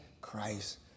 Christ